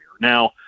now